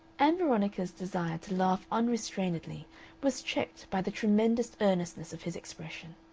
ann veronica's desire to laugh unrestrainedly was checked by the tremendous earnestness of his expression.